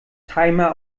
timer